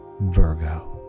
Virgo